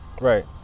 right